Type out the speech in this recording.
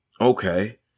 Okay